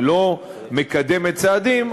ולא מקדמת צעדים,